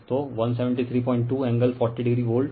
तो 1732 angle 40o volt